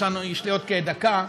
יש לי עוד כדקה: